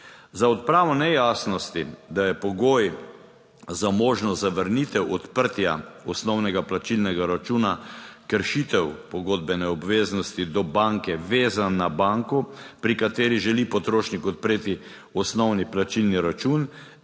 Za odpravo nejasnosti, da je pogoj za možnost zavrnitev odprtja osnovnega plačilnega računa kršitev pogodbene obveznosti do banke, vezan na banko, pri kateri želi potrošnik odpreti osnovni plačilni račun,